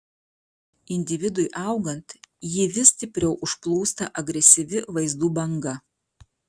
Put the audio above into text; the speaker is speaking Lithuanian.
individui augant jį vis stipriau užplūsta agresyvi vaizdų banga